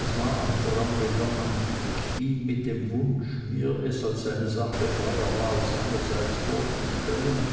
es war ein trauriger anblick ihn mit dem wunsch mir es als eine sache freier wahl seinerseits vorzustellen